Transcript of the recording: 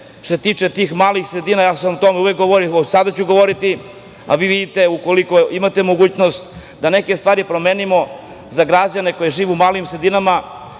se tiče tih malih sredina, o tome sam uvek govorio a i sada ću govoriti, a vi vidite, ukoliko imate mogućnost, da neke stvari promenimo za građane koji žive u malim sredinama,